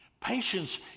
Patience